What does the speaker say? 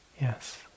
Yes